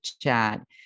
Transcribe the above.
chat